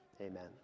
Amen